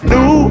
New